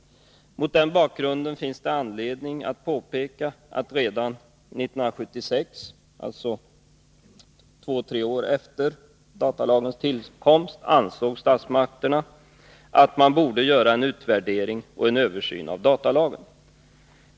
Mot den bakgrunden finns det anledning att påpeka att redan 1976, alltså två tre år efter lagens tillkomst, ansåg statsmakterna att man borde göra en utvärdering och en översyn av datalagen.